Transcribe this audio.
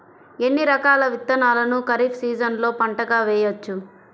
ఎన్ని రకాల విత్తనాలను ఖరీఫ్ సీజన్లో పంటగా వేయచ్చు?